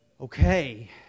Okay